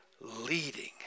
leading